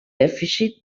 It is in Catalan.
dèficit